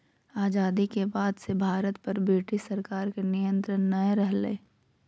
आजादी के बाद से भारत पर ब्रिटिश सरकार के नियत्रंण नय रहलय